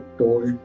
told